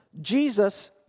Jesus